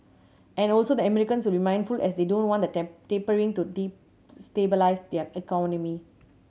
and also the Americans will be mindful as they don't want the tapering to destabilise their economy